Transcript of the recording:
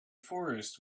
forest